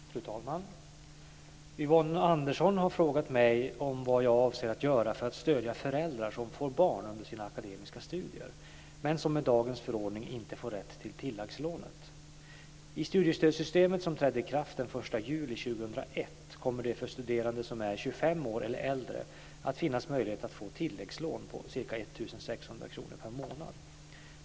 Fru talman! Yvonne Andersson har frågat mig vad jag avser göra för att stödja föräldrar som får barn under sina akademiska studier men som med dagens förordning inte får rätt till tilläggslånet. 2001 kommer det för studerande som är 25 år eller äldre att finnas möjlighet att få tilläggslån på ca 1 600 kr per månad.